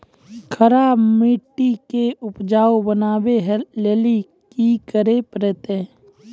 खराब मिट्टी के उपजाऊ बनावे लेली की करे परतै?